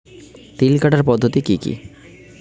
তিল কাটার পদ্ধতি কি কি?